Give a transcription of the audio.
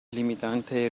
limitante